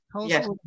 Yes